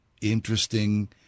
interesting